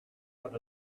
but